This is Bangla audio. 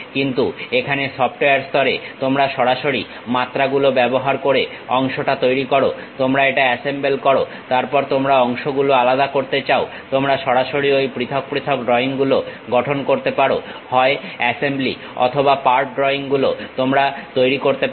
কিন্তু এখানে সফটওয়্যার স্তরে তোমরা সরাসরি মাত্রা গুলো ব্যবহার করে অংশটা তৈরি করো তোমরা এটা অ্যাসেম্বল করো তারপর তোমরা অংশগুলো আলাদা করতে চাও তোমরা সরাসরি ঐ পৃথক পৃথক ড্রয়িং গুলো গঠন করতে পারো হয় অ্যাসেম্বলি অথবা পার্ট ড্রইং গুলো তোমরা তৈরি করতে পারো